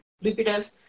lucrative